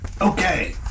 Okay